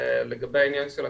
לגבי העניין של הקטינים,